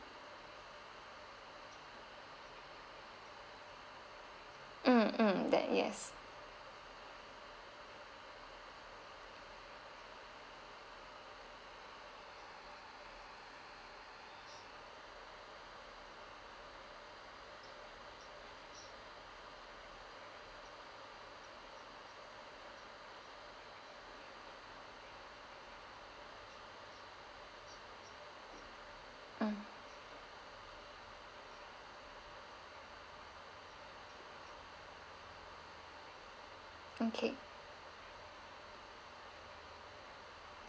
mm mm that yes mm okay